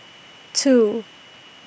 two